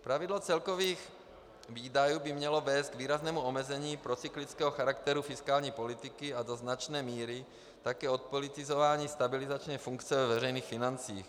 Pravidlo celkových výdajů by mělo vést k výraznému omezení procyklického charakteru fiskální politiky a do značné míry také odpolitizování stabilizační funkce ve veřejných financích.